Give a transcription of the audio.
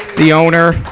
the owner.